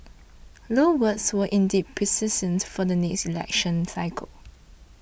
Low's words were indeed prescient for the next election cycle